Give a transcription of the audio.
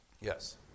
Yes